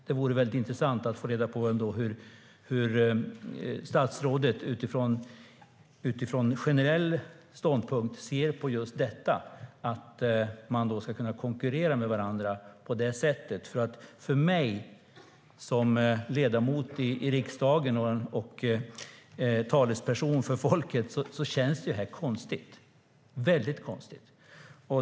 Det vore väldigt intressant att få reda på hur statsrådet utifrån en generell ståndpunkt ser på att man ska kunna konkurrera med varandra på det sättet. För mig som ledamot i riksdagen och talesperson för folket känns det väldigt konstigt.